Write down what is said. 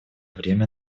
время